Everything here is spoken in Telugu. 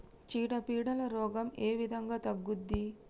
చీడ పీడల రోగం ఏ విధంగా తగ్గుద్ది?